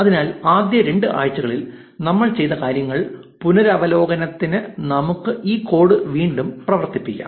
അതിനാൽ ആദ്യ രണ്ട് ആഴ്ചകളിൽ നമ്മൾ ചെയ്ത കാര്യങ്ങൾ പുനരവലോകനതിന് നമുക്ക് ഈ കോഡ് വീണ്ടും പ്രവർത്തിപ്പിക്കാം